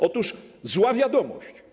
Otóż zła wiadomość.